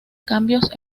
cambios